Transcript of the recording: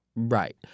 Right